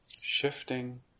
Shifting